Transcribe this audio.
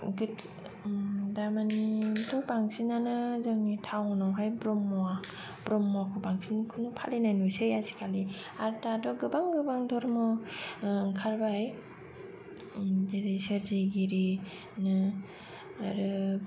गिद दामानिथ' बांसिनानो जोंनि टाउनावहाय ब्रह्म ब्रह्मखौ बांसिन फालिनाय नुसै आजिखालि आर दाथ' गोबां गोबां धरम ओंखारबाय जेरै सोरजिगिरि नो आरो